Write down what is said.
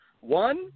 One